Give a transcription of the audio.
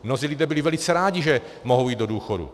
Mnozí byli velice rádi, že mohou jít do důchodu.